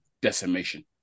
decimation